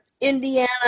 indiana